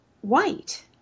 white